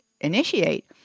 initiate